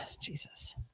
Jesus